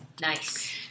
Nice